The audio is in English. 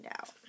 out